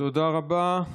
תודה רבה.